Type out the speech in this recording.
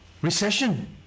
Recession